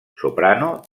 soprano